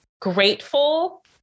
grateful